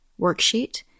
worksheet